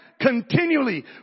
continually